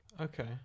Okay